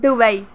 Dubai